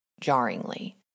jarringly